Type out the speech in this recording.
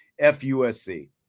FUSC